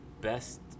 best